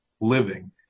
living